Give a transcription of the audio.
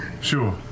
Sure